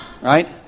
Right